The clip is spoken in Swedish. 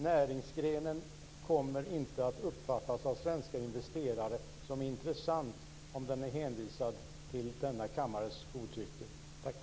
Näringsgrenen kommer inte att uppfattas som intressant av svenska investerare om den är hänvisad till denna kammares godtycke.